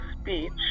speech